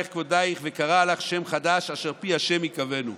כבודך וקרא לך שם חדש אשר פי ה' יקבנו".